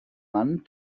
mann